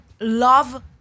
love